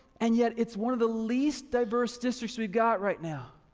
and yet it's one of the least diverse districts we've got right now.